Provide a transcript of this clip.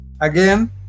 Again